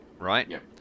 right